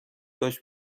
داشت